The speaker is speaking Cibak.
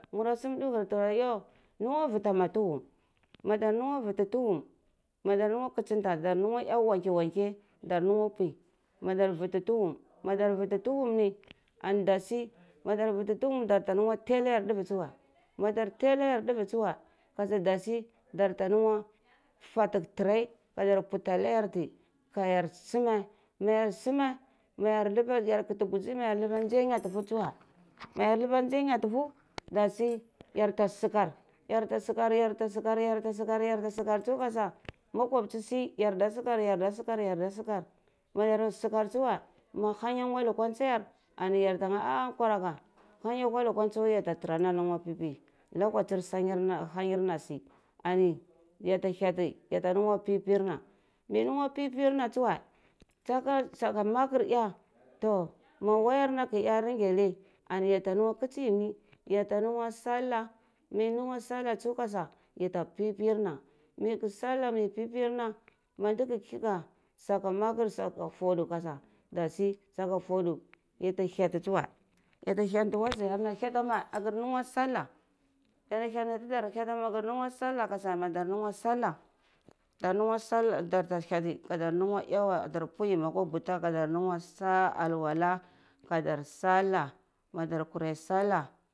Muru sum duvir tuhaku ah yo lunguwu vuta meh tuhum madar lungo vuti tuhwa madar lungwa knchinta lungwo eh me wanke wanke ndar lungwu pwi mada vuti tuhum ni ani dasi madar vuti thuhum ni dar ta lungwa thai anayar deveh tsuwe madar thai anayar deveh tsuwe kasa dasi dar ta lungwa fati tereh ka dar puwti kayar sumeh ma yar sumeh ma gar lugwba ka kati buchi ni yar luha nzai ata nyatutu ma yar luha nzai ata nyatufu dasi yar ta sukar yar ta sukur ani yar ta sukwar yar ta sukar tsu za makwabchi yar a si kasa yarda sukar yar da sakar yar da sakar mayar sukar tsuwe ma hanyi angwa lukwa tsayar ani yar ta nga kwarageh hanyi anwa lukwa ntawti yata tarar na ke lungwu pip lokachi hanyir na si ani yata heti yata lungwu pipir na mei lungwa pipir na tsuweh saka saka makar eh toh mah wayar na ka eh ringing nai ana yale lungwu kasi yimi yata lungwa sallah mekeh lungwa sallah kasa ya ta pipir na mai kwa sallah yi pipir na ma ndi ka kaga saka makar saka tudu kasa dasi saka tudu ya ta heti tsuwe yadda hanti wasarna yarta lungwa sallah yada heni kakar lungwa salla madar lungwa salla dar ta hyeti ka dar lungwa eh weh dar pwu yimi akwa butu ka isha alwala dar sallah madar kara sallah.